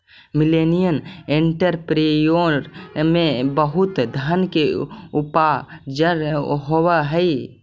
millennial entrepreneur में बहुत धन के उपार्जन होवऽ हई